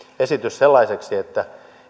sellaiseksi että